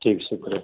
ٹھیک شکریہ